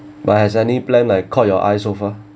but has any plan like caught your eyes so far